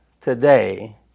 today